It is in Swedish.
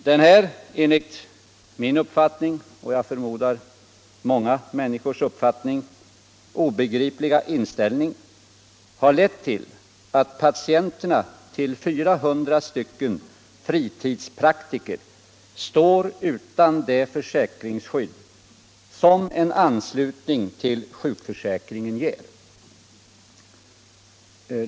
Denna enligt min uppfattning — och jag förmodar enligt många människors uppfattning — obegripliga inställning har lett till att patienterna till 400 fritidspraktiker står utan det försäkringsskydd som en anslutning till sjukförsäkringen ger.